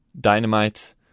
dynamite